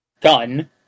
gun